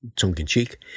tongue-in-cheek